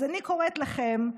אז אני קוראת לכם,